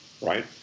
right